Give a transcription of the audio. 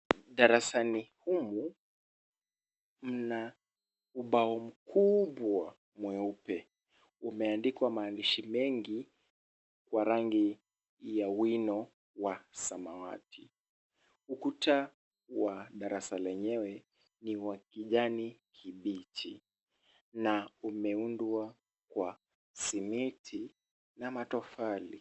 Darasani humu mna ubao mkuubwa mweupe. Umeandikwa maandishi mengi kwa rangi ya wino wa samawati. Ukuta wa darasa lenyewe ni wa kijani kibichi na umeundawa kwa simiti na tofauti.